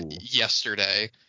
yesterday